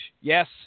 yes